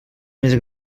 més